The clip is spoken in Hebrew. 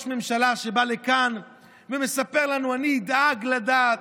ממשלה שבא לכאן ומספר לנו: אני אדאג לדת,